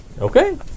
Okay